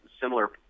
similar